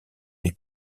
des